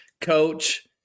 coach